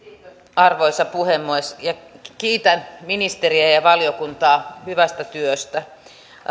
arvoisa puhemies kiitän ministeriä ja ja valiokuntaa hyvästä työstä